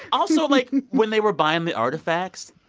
also, like when they were buying the artifacts,